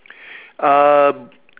uh